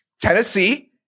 Tennessee